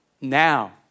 Now